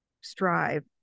strive